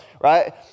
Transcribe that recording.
right